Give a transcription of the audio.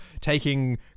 taking